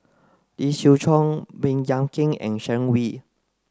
Lee Siew Choh Baey Yam Keng and Sharon Wee